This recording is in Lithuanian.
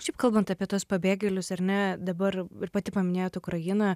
šiaip kalbant apie tuos pabėgėlius ar ne dabar pati paminėjot ukrainą